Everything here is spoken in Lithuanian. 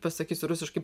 pasakysiu rusiškai